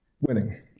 Winning